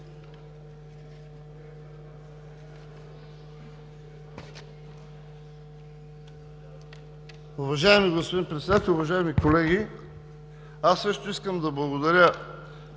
Уважаеми господин Председател, уважаеми колеги! Аз също искам да благодаря